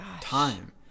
Time